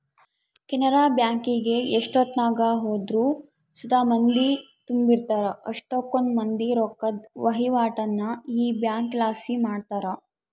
ಕೆನರಾ ಬ್ಯಾಂಕಿಗೆ ಎಷ್ಟೆತ್ನಾಗ ಹೋದ್ರು ಸುತ ಮಂದಿ ತುಂಬಿರ್ತಾರ, ಅಷ್ಟಕೊಂದ್ ಮಂದಿ ರೊಕ್ಕುದ್ ವಹಿವಾಟನ್ನ ಈ ಬ್ಯಂಕ್ಲಾಸಿ ಮಾಡ್ತಾರ